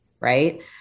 Right